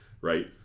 right